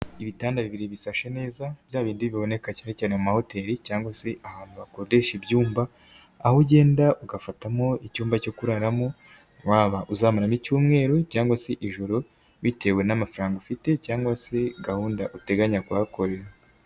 Ibitanda bibiri bifashe neza bya bindi biboneka cyane cyane amahoteli cyangwa se ahantu hakodesha ibyumba, aho ugenda ugafatamo icyumba cyo kuraramo, waba uzamaramo icyumweru, cyangwa se ijoro bitewe n'amafaranga ufite, cyangwa se gahunda uteganya kuhakorera.